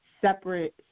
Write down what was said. separate